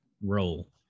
role